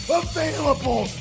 available